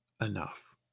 enough